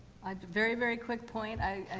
um very, very quick point. i